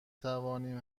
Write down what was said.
توانیم